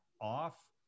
off